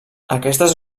aquestes